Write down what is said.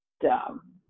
dumb